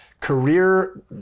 career